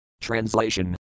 Translation